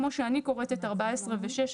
כמו שאני קוראת את 14 ו-16,